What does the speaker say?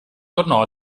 tornò